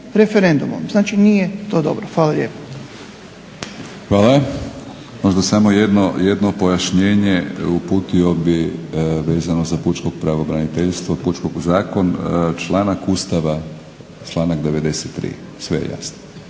referendumom. Znači nije to dobro. Hvala lijepa. **Batinić, Milorad (HNS)** Hvala. Možda samo jedno pojašnjenje uputio bi vezano za pučko pravobraniteljstvo, pučkog u zakon, članak Ustava, članak 93. Sve je jasno.